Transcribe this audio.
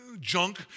junk